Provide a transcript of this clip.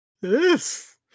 Yes